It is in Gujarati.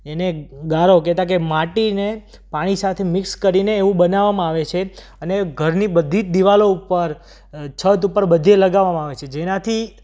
એને ગારો કેતા કે માટીને પાણી સાથે મિક્સ કરીને એવું બનાવવામાં આવે છે અને ઘરની બધી જ દીવાલો ઉપર છત ઉપર બધે લગાવવામાં આવે છે જેનાથી